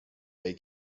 they